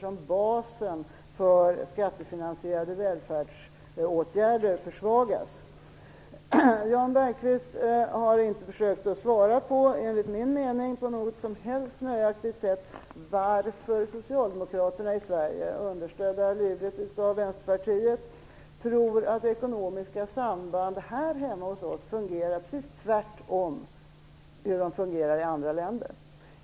Basen för skattefinansierade välfärdsåtgärder försvagas. Enligt min mening har Jan Bergqvist inte på något nöjaktigt sätt försökt svara på varför socialdemokraterna i Sverige, livligt understödda av Vänsterpartiet, tror att ekonomiska samband här hemma fungerar precis tvärtemot hur de fungerar i andra länder.